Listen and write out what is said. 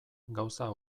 gauza